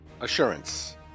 Assurance